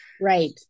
Right